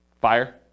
Fire